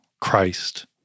Christ